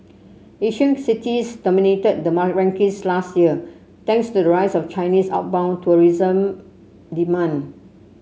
Asian cities dominated the rankings last year thanks to the rise of Chinese outbound tourism demand